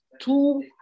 two